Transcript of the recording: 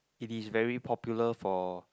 it is very popular for